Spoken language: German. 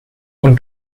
und